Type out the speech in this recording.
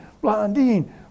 Blondine